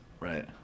Right